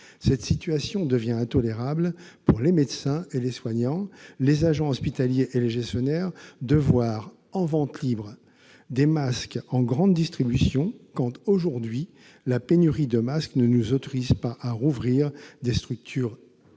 Cette situation devient intolérable pour les médecins et les soignants, les agents hospitaliers et les gestionnaires, qui voient en vente libre des masques en grande distribution, quand, aujourd'hui, la pénurie de masques ne nous autorise pas à rouvrir des structures